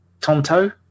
tonto